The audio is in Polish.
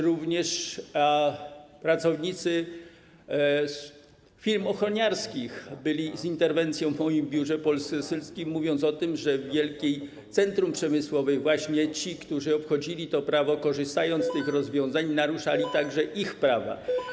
Również pracownicy firm ochroniarskich byli z interwencją w moim biurze poselskim, mówiąc o tym, że w centrum przemysłowym właśnie ci, którzy obchodzili to prawo, korzystając z tych rozwiązań, naruszali także ich prawa.